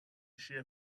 shear